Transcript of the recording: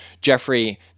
Jeffrey